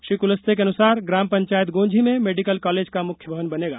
श्री कुलस्ते के अनुसार ग्राम पंचायत गौंझी में मेडिकल कॉलेज का मुख्य भवन बनेगा